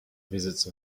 visits